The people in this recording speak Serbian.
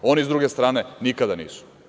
Oni sa druge strane ne, nikada nisu.